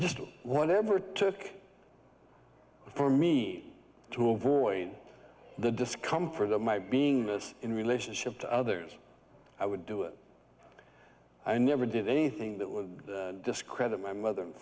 just whatever took for me to avoid the discomfort of my being this in relationship to others i would do it i never did anything that would discredit my mother